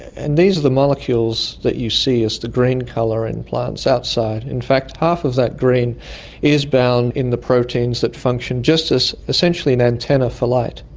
and these are the molecules that you see as the green colour in plants outside. in fact half of that green is bound in the proteins that function just as essentially an antenna for light.